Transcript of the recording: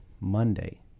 Monday